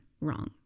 wrong